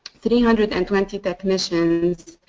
three hundred and twenty technicians,